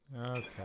Okay